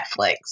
netflix